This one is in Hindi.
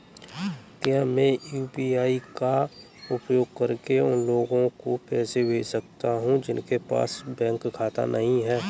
क्या मैं यू.पी.आई का उपयोग करके उन लोगों को पैसे भेज सकता हूँ जिनके पास बैंक खाता नहीं है?